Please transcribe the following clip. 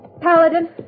Paladin